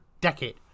decade